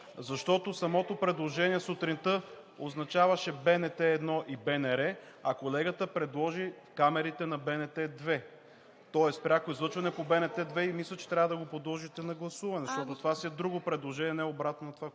Защото самото предложение сутринта означаваше БНТ 1 и БНР, а колегата предложи камерите на БНТ 2. Тоест пряко излъчване по БНТ 2. Мисля, че трябва да го подложите на гласуване, защото това си е друго предложение, не обратно на това, което